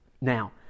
Now